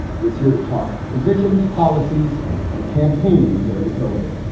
he's here to talk position's policies and campaigning during koven